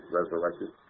resurrected